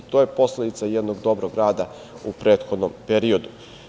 To je posledica jednog dobrog rada u prethodnom periodu.